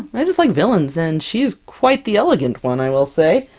i just like villains, and she's quite the elegant one i will say!